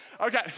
Okay